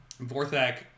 Vorthak